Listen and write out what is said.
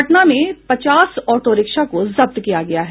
पटना में पचास auto rickshaw को जब्त किया गया है